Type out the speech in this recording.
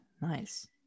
Nice